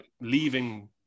leaving